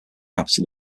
capital